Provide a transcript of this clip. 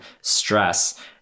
stress